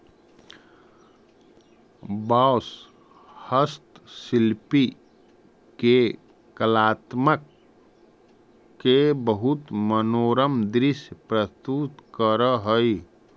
बाँस हस्तशिल्पि के कलात्मकत के बहुत मनोरम दृश्य प्रस्तुत करऽ हई